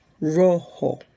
rojo